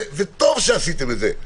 וטוב שעשיתם את זה.